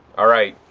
alright,